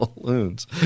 balloons